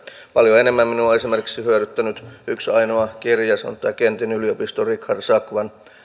paljon enemmän minua on hyödyttänyt esimerkiksi yksi ainoa kirja se on tämä kentin yliopiston richard sakwan